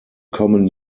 common